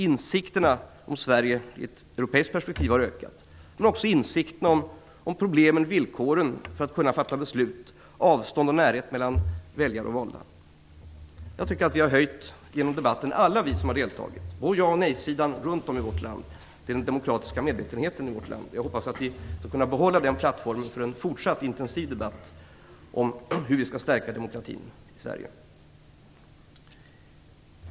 Insikterna om Sverige i ett europeiskt perspektiv har ökat men också insikterna om problemen och villkoren i beslutsfattandet liksom om avstånd och närhet i förhållandet mellan väljare och valda. Jag tycker att alla vi som har deltagit i debatten på ja respektive nej-sidan runt om i vårt land har höjt den demokratiska medvetenheten i vårt land. Jag hoppas att vi skall kunna behålla den plattformen för en fortsatt intensiv debatt om hur vi skall stärka demokratin i Sverige.